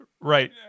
right